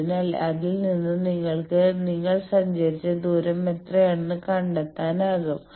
അതിനാൽ അതിൽ നിന്ന് നിങ്ങൾക്ക് നിങ്ങൾ സഞ്ചരിച്ച ദൂരം എത്രയെന്ന് കണ്ടെത്താനാകും